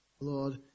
Lord